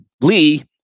Lee